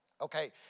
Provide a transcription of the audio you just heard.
okay